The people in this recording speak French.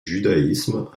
judaïsme